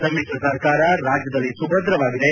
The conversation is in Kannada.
ಸಮಿಶ್ರ ಸರ್ಕಾರ ರಾಜ್ಯದಲ್ಲಿ ಸುಭದ್ರವಾಗಿದೆ